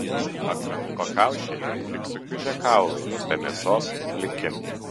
akmenų pakaušiai lyg sukiužę kaulai be mėsos pliki